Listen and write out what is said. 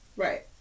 Right